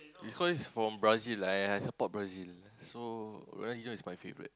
because he's from Brazil and I support Brazil so Ronaldinio is my favorite